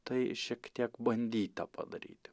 tai šiek tiek bandyta padaryti